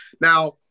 Now